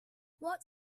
what